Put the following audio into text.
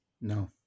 No